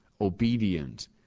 obedient